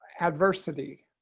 adversity